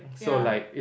yeah